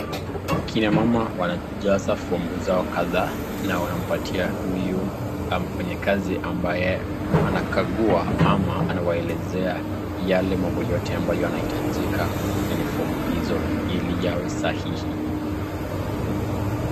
Kina mama wanajaza fomu zao kadhaa na wanampatia huyu mfanyikazi ambaye anakagua ama anawaelezea yale mambo yote ambayo yanahitajika kwenye fomu hizo ili yawe sahihi.